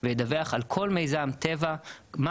לפחות לדעתנו וידווח לגבי כל מיזם טבע מה